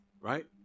Right